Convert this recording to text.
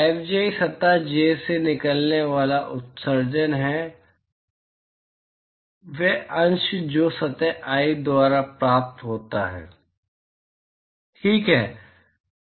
Fji सतह j से निकलने वाला उत्सर्जन है और वह अंश जो सतह i द्वारा प्राप्त होता है ठीक है